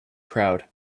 crowd